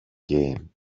game